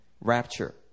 rapture